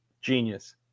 Genius